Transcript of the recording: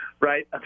right